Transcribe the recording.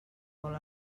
vol